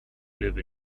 live